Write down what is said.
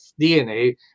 DNA